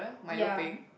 ya